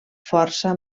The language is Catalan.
força